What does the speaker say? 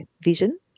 vision